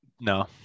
No